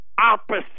opposite